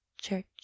church